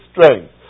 strength